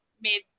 made